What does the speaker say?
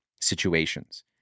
situations